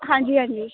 ਹਾਂਜੀ ਹਾਂਜੀ